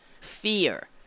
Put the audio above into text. fear